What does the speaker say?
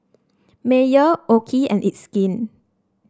Mayer OKI and It's Skin